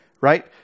right